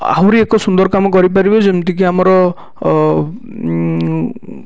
ଆହୁରି ଏକ ସୁନ୍ଦର କାମ କରିପାରିବେ ଯେମିତିକି ଆମର